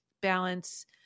balance